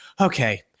okay